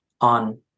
on